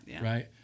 Right